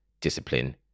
discipline